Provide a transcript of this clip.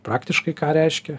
praktiškai ką reiškia